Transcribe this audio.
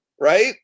right